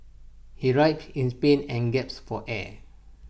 he writhed in pain and gasped for air